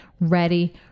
ready